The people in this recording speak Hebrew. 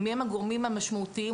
מי הם הגורמים המשמעותיים,